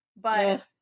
but-